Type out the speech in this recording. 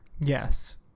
Yes